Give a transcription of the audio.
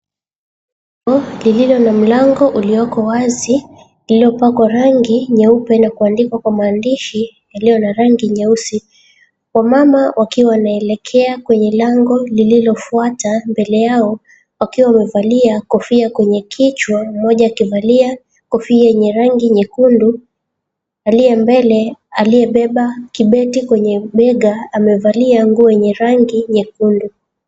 Lililo na mlango ulioko wazi. Lililo pakwa rangi nyeupe na kuandikwa kwa maandishi yaliyo na rangi nyeusi. Wamama wakiwa wanaelekea kwenye lango lililofuata mbele yao wakiwa wamevalia kofia kwenye kichwa, mmoja akivalia kofia yenye rangi nyekundu, aliye mbele aliyebeba kibeti kwenye bega amevalia nguo yenye rangi nyekundu.